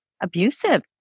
abusive